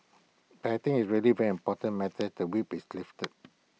I think it's really very important matters the whip is lifted